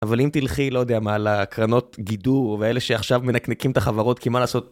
אבל אם תלכי, לא יודע, מה, לקרנות גידור ואלה שעכשיו מנקנקים את החברות, כי מה לעשות?